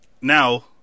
Now